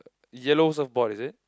yellow surf board is it